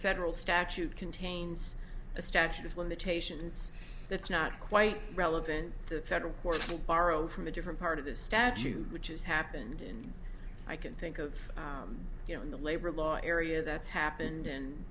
federal statute contains a statute of limitations that's not quite relevant to the federal courts will borrow from a different part of the statute which has happened in i can think of you know in the labor law area that's happened and